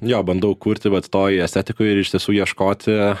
jo bandau kurti vat toj estetikoj ir iš tiesų ieškoti